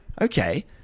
Okay